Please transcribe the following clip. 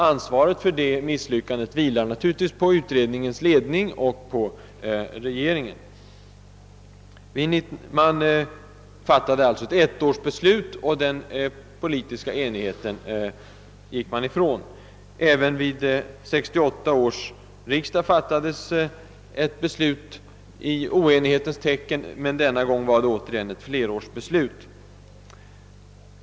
Ansvaret för detta misslyckande vilar naturligtvis på utredningens ledning och på regeringen. Man fattade alltså den gången ett .ettårsbeslut och gick ifrån den politiska enigheten. Även vid 1968 års riksdag fattades ett beslut i oenighetens tecken, men denna gång var det återigen ett flerårsbeslut.